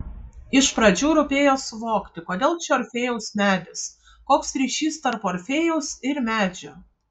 iš pradžių rūpėjo suvokti kodėl čia orfėjaus medis koks ryšys tarp orfėjaus ir medžio